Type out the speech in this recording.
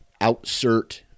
outsert